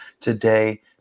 today